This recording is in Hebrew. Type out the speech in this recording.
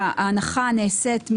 אם תציגי את מה שהוצע ואת מה שסיכמתם,